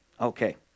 okay